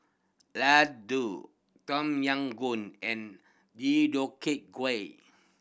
Ladoo Tom Yam Goong and Deodeok Gui